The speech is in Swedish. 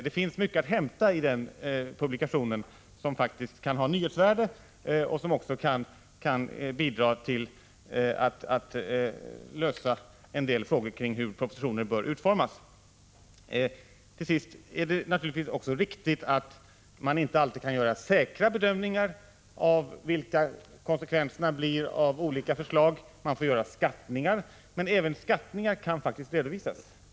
Det finns mycket att hämta i den publikationen som faktiskt kan ha nyhetsvärde och som också kan bidra till att lösa en del frågor kring hur propositioner bör utformas. Till sist: Det är naturligtvis också riktigt att man inte alltid kan göra säkra bedömningar av vilka konsekvenserna blir av olika förslag — man får göra skattningar. Men även skattningar kan faktiskt redovisas.